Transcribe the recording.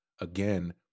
again